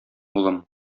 улым